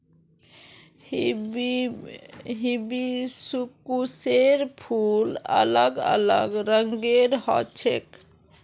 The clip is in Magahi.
हिबिस्कुसेर फूल अलग अलग रंगेर ह छेक